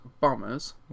bombers